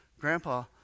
Grandpa